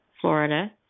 Florida